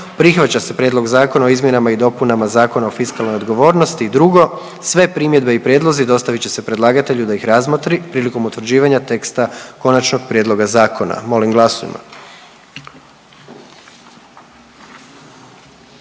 Prihvaća se Prijedlog zakona o izmjenama i dopunama Zakona o fiskalnoj odgovornosti i 1. Sve primjedbe i prijedlozi dostavit će se predlagatelju da ih razmotri prilikom utvrđivanja teksta Konačnog prijedloga zakona. Molim glasujmo.